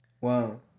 Wow